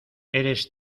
eres